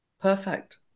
Perfect